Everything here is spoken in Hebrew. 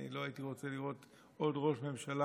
אני לא הייתי רוצה לראות עוד ראש ממשלה